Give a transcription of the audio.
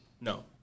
No